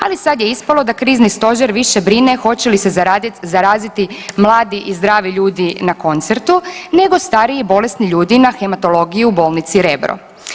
Ali sad je ispalo da krizni stožer više brine hoće li se zaraziti mladi i zdravi ljudi na koncertu, nego stari i bolesni ljudi na hematologiji u bolnici Rebro.